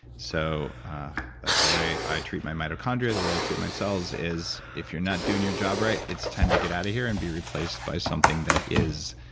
so the way i treat my mitochondria, the way i treat my cells is, if you're not doing your job right, it's time to get out of here and be replaced by something that is.